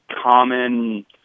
common